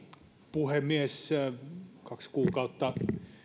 puhemies kaksi kuukautta